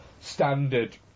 standard